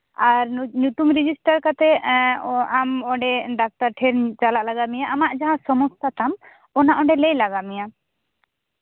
ᱟᱨ ᱧᱩᱛᱩᱢ ᱨᱮᱡᱤᱥᱴᱟᱨ ᱠᱟᱛᱮ ᱮᱸᱜ ᱚᱸᱰᱮ ᱰᱟᱠᱛᱟᱨ ᱴᱷᱮᱡ ᱪᱟᱞᱟᱜ ᱞᱟᱜᱟᱣ ᱢᱮᱭᱟ ᱟᱢᱟᱜ ᱡᱟᱦᱟᱸ ᱥᱚᱢᱚᱥᱥᱟ ᱛᱟᱢ ᱚᱱᱟ ᱚᱸᱰᱮ ᱞᱟᱹᱭ ᱞᱟᱜᱟᱣ ᱢᱮᱭᱟ